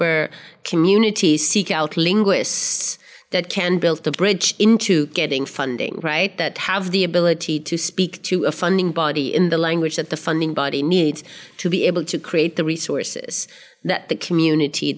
where communities seek out linguists that can build the bridge into getting funding right that have the ability to speak to a funding body in the language that the funding body needs to be able to create the resources that the community